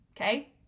okay